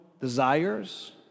desires